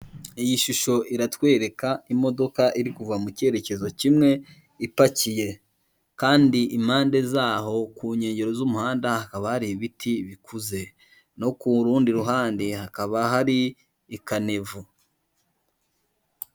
Iyi shusho iratwereka imodoka iri kuva mu cyerekezo kimwe ipakiye kandi impande zaho ku nkengero z'umuhanda hakaba hari ibiti bikuze no ku rundi ruhande hakaba hari i kanevu .